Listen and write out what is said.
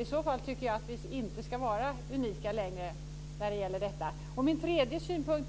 I så fall tycker jag att Sverige inte ska vara unikt längre när det gäller detta. Min tredje synpunkt